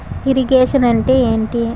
Irrigation అంటే ఏంటీ?